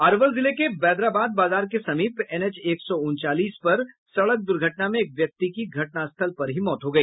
अरवल जिले के बैदराबाद बाजार के समीप एनएच एक सौ उनचालीस पर सडक दुर्घटना में एक व्यक्ति की घटनास्थल पर ही मौत हो गई